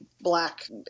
black